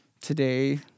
Today